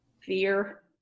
fear